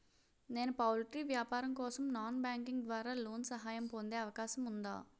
నేను పౌల్ట్రీ వ్యాపారం కోసం నాన్ బ్యాంకింగ్ ద్వారా లోన్ సహాయం పొందే అవకాశం ఉందా?